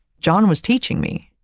john was teaching me,